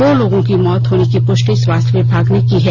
दो लोगों की मौत होने की पुष्टि स्वास्थ्य विभाग ने की है